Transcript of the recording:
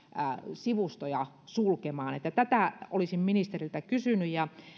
sivustoja sulkemaan tätä olisin ministeriltä kysynyt